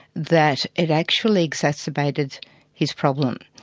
that it actually exacerbated his problem.